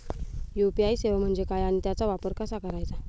UPI सेवा म्हणजे काय आणि त्याचा वापर कसा करायचा?